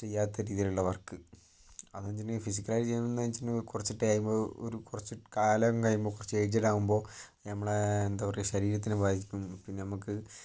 ചെയ്യാത്ത രീതിയിലുള്ള വർക്ക് അത് ഇങ്ങനെ ഫിസിക്കൽ ആയി ചെയ്യുന്നത് എന്ന് ചോദിച്ചിട്ടുണ്ടെങ്കിൽ കുറച്ചു ടൈം ഒരു കുറച്ചു കാലം കഴിയുമ്പോൾ കുറച്ചു ഏജ്ഡ് ആകുമ്പോൾ നമ്മുടെ എന്താ പറയുക ശരീരത്തിന് പിന്നെ നമുക്ക്